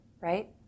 right